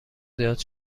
زیاد